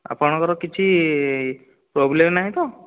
ଆପଣଙ୍କ ର କିଛି ପ୍ରୋବ୍ଲେମ୍ ନାହିଁ ତ